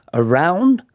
around?